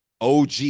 OG